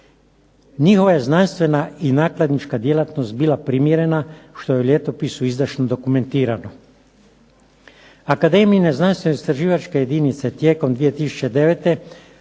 Njihova je znanstvena i nakladnička djelatnost bila primjerena što je u Ljetopisu izdašno dokumentirano. Akademijina znanstveno-istraživačka jedinice tijekom 2009.